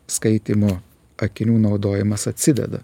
skaitymo akinių naudojimas atsideda